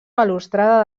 balustrada